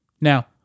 Now